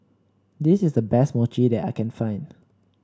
this is the best Mochi that I can find